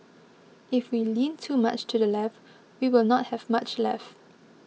if we lean too much to the left we will not have much left